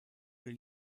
will